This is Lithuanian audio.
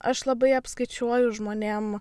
aš labai apskaičiuoju žmonėm